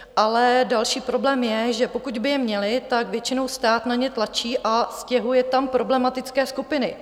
Ale další problém je, že pokud by je měli, tak většinou stát na ně tlačí a stěhuje tam problematické skupiny.